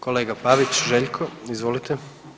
Kolega Pavić Željko izvolite.